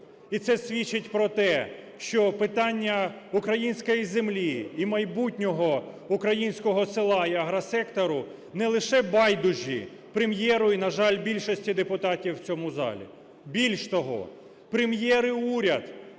І це свідчить про те, що питання української землі і майбутнього українського села і агросектору не лише байдужі Прем'єру, а й, на жаль, більшості депутатів у цьому залі. Більше того, Прем'єр і уряд